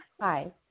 hi